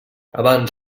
abans